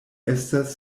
estas